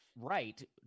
right